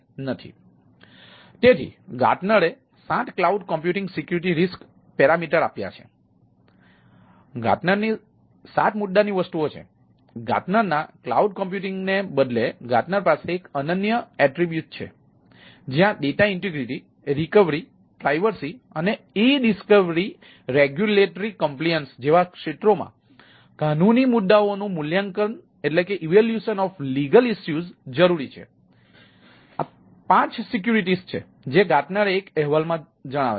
તેથી ગાર્ટનરે સાત cloud computing security risk parameters જરૂરી છે તેથી આ પાંચ સિક્યોરિટીઝ છે જે ગાર્ટનર એક અહેવાલમાં જણાવે છે